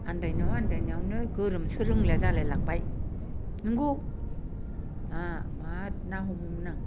आन्दायनायाव आन्दायनायावनो गोरोंसो रोंलिया जालायलांबाय नंगौ ना माद ना हमोमोन आं